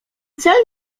cel